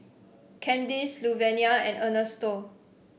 Candis Luvenia and Ernesto